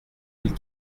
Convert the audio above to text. mille